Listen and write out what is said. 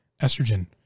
Estrogen